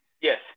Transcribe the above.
Yes